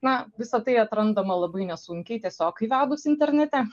na visa tai atrandama labai nesunkiai tiesiog įvedus internete